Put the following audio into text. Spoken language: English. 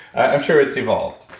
i'm sure it's evolved.